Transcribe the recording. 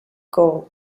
goal